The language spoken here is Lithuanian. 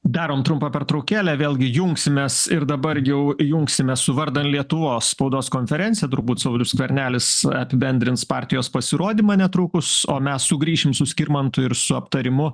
darom trumpą pertraukėlę vėlgi jungsimės ir dabar jau jungsimės su vardan lietuvos spaudos konferencija turbūt saulius skvernelis apibendrins partijos pasirodymą netrukus o mes sugrįšim su skirmantu ir su aptarimu